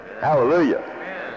Hallelujah